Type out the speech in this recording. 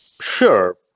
Sure